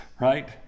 right